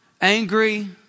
angry